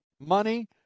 money